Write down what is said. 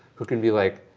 who can be like,